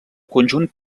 conjunt